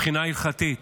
מבחינה הלכתית,